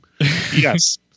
yes